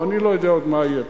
אני לא יודע עוד מה יהיה,